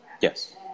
Yes